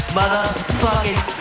motherfucking